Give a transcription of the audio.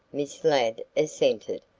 miss ladd assented.